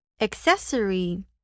Accessory